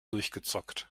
durchgezockt